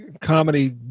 comedy